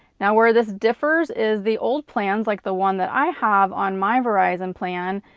now, where this differs is the old plans, like the one that i have on my verizon plan,